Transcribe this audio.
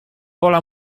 pola